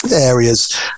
areas